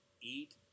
eat